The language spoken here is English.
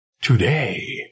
Today